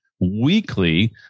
weekly